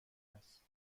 است